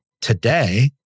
today